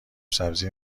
سبزی